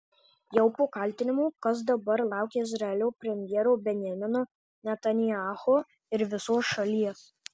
jau po kaltinimų kas dabar laukia izraelio premjero benjamino netanyahu ir visos šalies